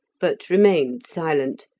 but remained silent,